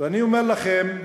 אני אומר לכם,